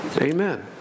Amen